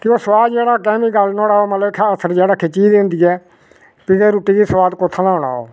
कि ओह् सुआद जेह्ड़ा कैमिकल नुहाड़ा मतलब ओह्दा असल जेह्ड़ा ओह् खिच्ची गेदी होंदी ऐ की के रुट्टी गी सुआद कुत्थुू दा होना ओह्